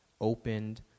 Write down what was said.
opened